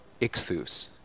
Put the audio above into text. Ixthus